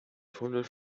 tunnel